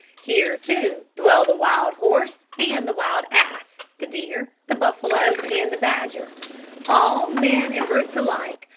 here, too, dwell the wild horse and the wild ass, the deer, the buffalo, and the badger all, men and brutes alike,